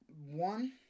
One